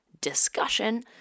discussion